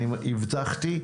אני הבטחתי,